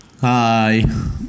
Hi